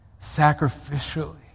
sacrificially